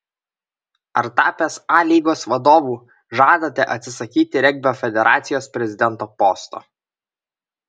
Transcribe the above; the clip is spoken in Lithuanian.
ar tapęs a lygos vadovu žadate atsisakyti regbio federacijos prezidento posto